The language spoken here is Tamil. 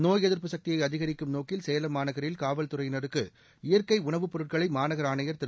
நோய் எதிர்ப்பு சக்தியை அதிகரிக்கும் நோக்கில் சேலம் மாநகரில் காவல் துறையினருக்கு இயற்கை உணவுப் பொருட்களை மாநகர ஆணையா் திரு